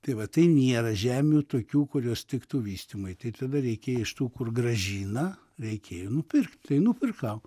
tai va tai nėra žemių tokių kurios tiktų vystymui tai tada reikia iš tų kur grąžina reikėjo nupirkt tai nupirkau